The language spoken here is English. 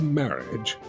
marriage